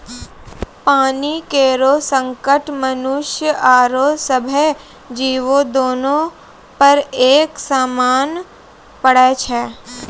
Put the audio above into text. पानी केरो संकट मनुष्य आरो सभ्भे जीवो, दोनों पर एक समान पड़ै छै?